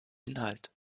inhalt